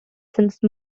since